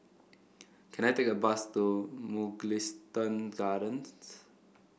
can I take a bus to Mugliston Gardens